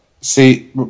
See